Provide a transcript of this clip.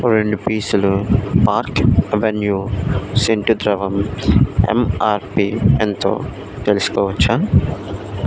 రెండు పీసులు Park Avenue scent ద్రవం ఎంఆర్పి ఎంతో తెలుసుకోవచ్చా